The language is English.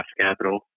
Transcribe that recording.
capital